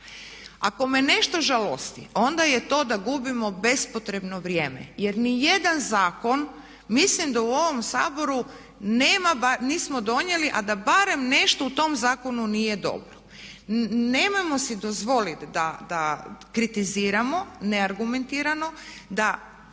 Ako me nešto žalosti onda je to da gubimo bespotrebno vrijeme jer ni jedan zakon mislim da u ovom Saboru nema, nismo donijeli, a da barem nešto u tom zakonu nije dobro. Nemojmo si dozvoliti da kritiziramo neargumentirano, da